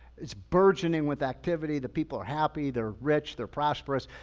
it's burgeoning with activity, the people are happy, they're rich, they're prosperous,